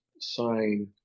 sign